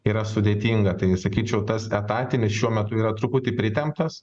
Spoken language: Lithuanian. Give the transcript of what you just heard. yra sudėtinga tai sakyčiau tas etatinis šiuo metu yra truputį pritemptas